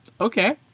Okay